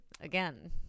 again